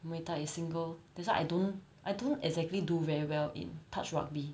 muay thai is single that's why I don't I don't exactly do very well in touch rugby